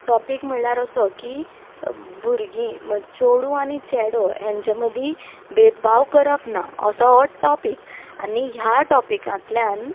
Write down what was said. topic म्हणल्यार असो की भुरगीं चेडू आनी चेडो हांच्या मदीं भेदभाव करप ना असो हो टॉपिक आनी ह्या टॉपिकांतल्यान